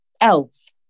elves